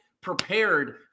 prepared